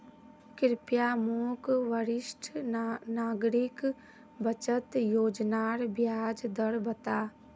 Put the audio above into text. कृप्या मोक वरिष्ठ नागरिक बचत योज्नार ब्याज दर बता